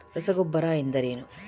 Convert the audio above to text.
ರಸಗೊಬ್ಬರ ಎಂದರೇನು?